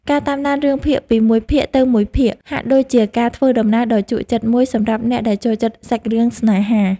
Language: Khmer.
ការតាមដានរឿងភាគពីមួយភាគទៅមួយភាគហាក់ដូចជាការធ្វើដំណើរដ៏ជក់ចិត្តមួយសម្រាប់អ្នកដែលចូលចិត្តសាច់រឿងស្នេហា។